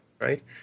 Right